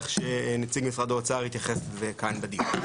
שנציג משרד האוצר יתייחס לזה כאן בדיון.